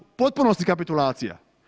U potpunosti kapitulacija.